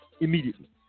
Immediately